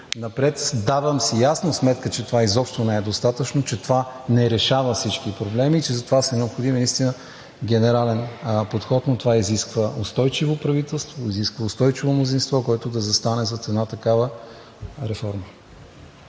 напред. Давам си ясна сметка, че това изобщо не е достатъчно, че това не решава всички проблеми и че за това е необходим наистина генерален подход, но това изисква устойчиво правителство, изисква устойчиво мнозинство, което да застане зад една такава реформа.